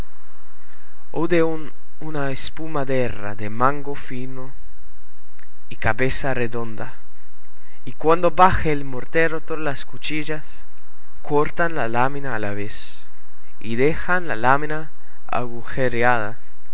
o de una espumadera de mango fino y cabeza redonda y cuando baja el mortero todas las cuchillas cortan la lámina a la vez y dejan la lámina agujereada